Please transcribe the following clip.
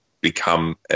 become